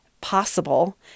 possible